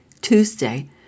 Tuesday